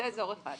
אזור שני